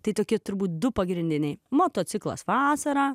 tai tokie turbūt du pagrindiniai motociklas vasarą